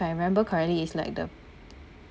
I remember correctly is like the